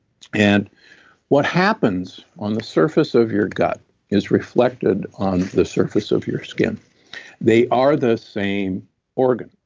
and what happens on the surface of your gut is reflected on the surface of your skin they are the same organ.